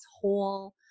whole